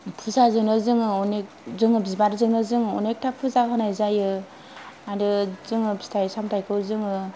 जोङो बिबारजोंनो जोङो अनेकथा फुजा होनाय जायो आरो जोङो फिथाय सामथायखौ जोङो